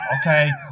okay